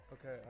Okay